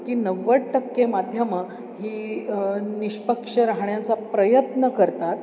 की नव्वद टक्के माध्यमं ही निष्पक्ष राहण्याचा प्रयत्न करतात